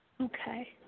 Okay